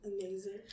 Amazing